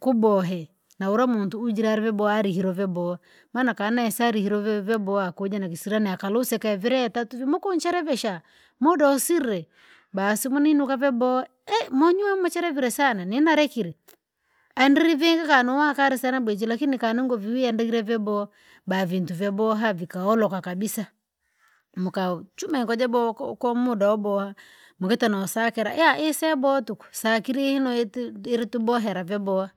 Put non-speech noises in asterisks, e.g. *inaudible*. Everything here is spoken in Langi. ku bohe. Naura muntu unjire ve boha arikire ve boha. Maana kane sarilo ve boha kuja na kisira nakaruse ke vera tatu mukunjerevesha, mudosiree basi mwinunika ve boha *unintelligible* munywe mcherevire sana ninarekire. Andirive ghanua ghalisire mwijire lakini khananguvu viandaile ve boha. Ba vintu ve boha viagholoka ghabisa. Muka chuma ngoja boghaboko muda wa boha. Mung`ita nusakira iya isebotu. Sakirino etu irivebohera, ve boha.